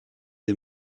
des